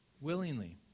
Willingly